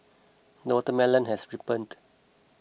the watermelon has ripened